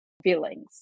feelings